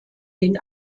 den